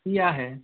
किया है